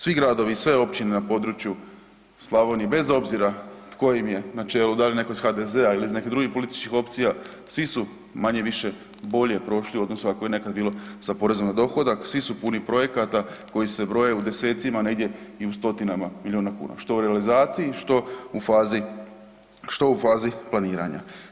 Svi gradovi, sve općine na području Slavonije bez obzira tko im je na čelu da li netko iz HDZ-a ili iz nekih drugih političkih opcija, svi su manje-više bolje prošle u odnosu kako je nekada bilo sa porezom na dohodak, svi su puni projekata koji se broje u desecima negdje i u stotinama milijuna kuna, što u realizaciji, što u fazi planiranja.